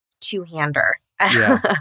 two-hander